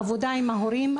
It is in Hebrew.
עבודה עם ההורים.